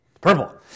purple